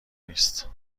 نیست